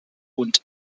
und